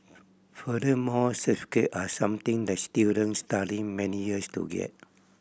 furthermore certificate are something that students study many years to get